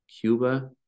Cuba